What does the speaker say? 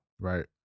Right